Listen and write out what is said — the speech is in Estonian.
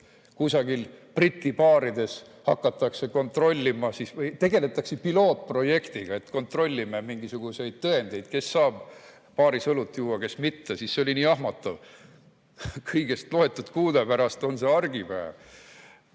kusagil Briti baarides hakatakse kontrollima, tegeletakse pilootprojektiga, et kontrollime mingisuguseid tõendeid, kes saab baaris õlut juua, kes mitte, ning oli nii jahmatav, kui kõigest loetud kuude pärast oli see meie argipäev.